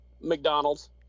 McDonald's